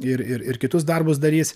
ir ir ir kitus darbus darys